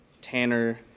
tanner